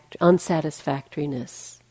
unsatisfactoriness